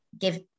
give